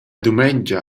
dumengia